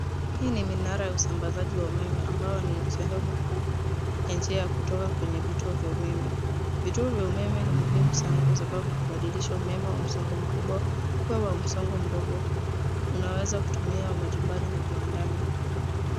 Hii ni minara ya usambazaji wa umeme ambao sehemu kuu ya njia ya kutoka kwenye vituo vya umeme. Vituo vya umeme ni muhimu sana kwa sababu hubadilisha umeme wa msongo mkubwa kuwa wa msongo mdogo. Unaweza kutumiwa majumbani na viwandani.